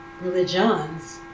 religions